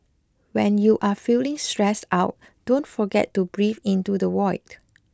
when you are feeling stressed out don't forget to breathe into the void